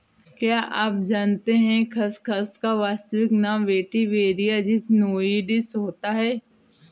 क्या आप जानते है खसखस का वानस्पतिक नाम वेटिवेरिया ज़िज़नियोइडिस होता है?